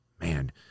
man